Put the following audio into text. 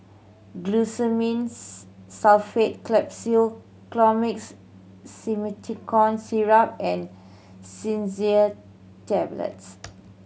Glucosamine's Sulfate Capsule Colimix Simethicone Syrup and Tablets